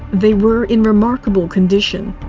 they were in remarkable condition.